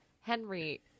henry